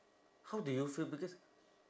how did you feel because